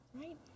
right